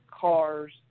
cars